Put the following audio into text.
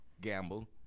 gamble